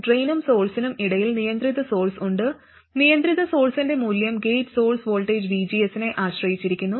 ഡ്രെയിനും സോഴ്സ്സിനും ഇടയിൽ നിയന്ത്രിത സോഴ്സ് ഉണ്ട് നിയന്ത്രിത സോഴ്സ്ന്റെ മൂല്യം ഗേറ്റ് സോഴ്സ് വോൾട്ടേജ് vgs നെ ആശ്രയിച്ചിരിക്കുന്നു